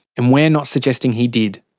and we're not suggesting he did.